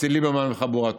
אצל ליברמן וחבורתו.